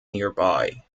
nearby